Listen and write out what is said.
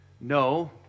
no